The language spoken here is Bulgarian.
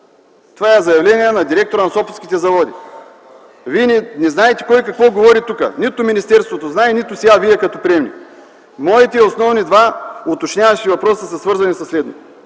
Това е заявление на директора на Сопотските заводи. Вие не знаете кой какво говори тук. Нито министерството знае, нито сега Вие като приемник. Моите два уточняващи въпроса са свързани със следното: